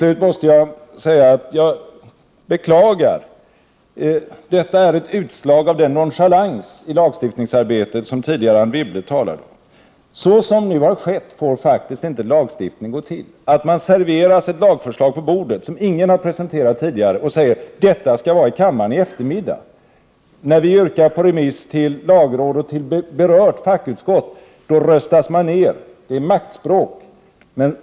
Slutligen vill jag säga att jag beklagar de utslag av nonchalans i lagstiftningsarbetet som Anne Wibble tidigare talade om. Så som nu har skett får lagstiftning faktiskt inte gå till, att man serveras ett lagförslag på bordet som inte har presenterats tidigare, och blir upplyst om att ärendet skall lämnas till kammaren under eftermiddagen. När vi moderater yrkar på remiss till lagrådet och till berört fackutskott, röstas vi ned. Detta är maktspråk.